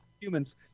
Humans